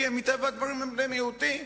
כי מטבע הדברים הם בני מיעוטים.